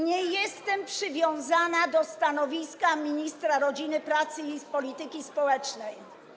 Nie jestem przywiązana do stanowiska ministra rodziny, pracy i polityki społecznej.